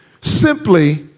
Simply